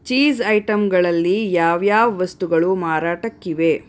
cheese ಐಟಮ್ಗಳಲ್ಲಿ ಯಾವ್ಯಾವ ವಸ್ತುಗಳು ಮಾರಾಟಕ್ಕಿವೆ